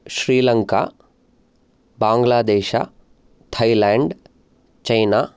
Sri Lanka Bangladesh Thailand China